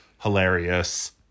hilarious